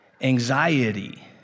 Anxiety